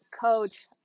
coach